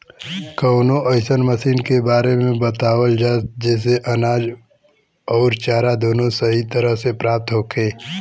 कवनो अइसन मशीन के बारे में बतावल जा जेसे अनाज अउर चारा दोनों सही तरह से प्राप्त होखे?